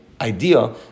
idea